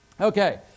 Okay